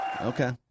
Okay